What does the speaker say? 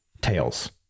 tails